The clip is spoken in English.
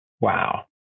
Wow